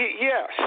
yes